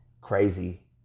crazy